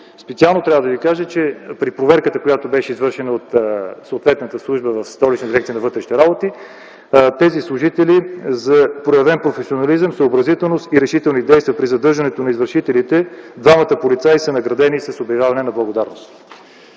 специално трябва да Ви кажа, че при проверката, която беше извършена от съответната служба в Столична дирекция на вътрешните работи, тези служители - двамата полицаи, за проявен професионализъм, съобразителност и решителни действия при задържането на извършителите, са наградени с обявяване на благодарност.